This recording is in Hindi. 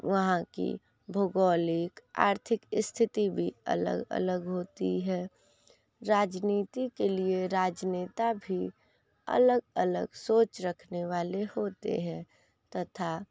वहाँ की भौगोलिक आर्थिक स्थिति भी अलग अलग होती है राजनीति के लिए राजनेता भी अलग अलग सोच रखने वाले होते हैं तथा